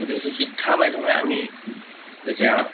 গতিকে সেই শিক্ষাৰ মাধ্যমেৰে আমি এতিয়া